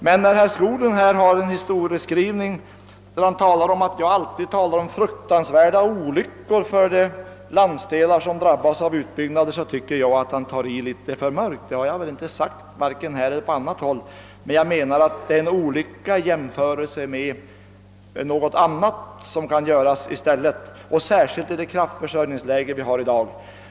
Men när herr Skoglund här gör en historieskrivning som går ut på att jag alltid talar om fruktansvärda olyckor för de landsdelar som drabbas av utbyggnader, så tycker jag att han målar litet för mörkt. Jag har väl inte sagt på detta sätt vare sig här eller på annat håll. Men jag menar att det är en olycka i jämförelse med något som kan göras i stället och särskilt i det kraftförsörjningsläge vi har i dag.